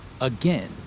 Again